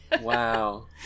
Wow